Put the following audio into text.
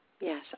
Yes